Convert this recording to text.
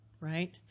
right